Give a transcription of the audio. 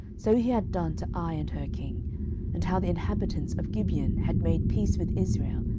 so he had done to ai and her king and how the inhabitants of gibeon had made peace with israel,